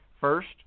First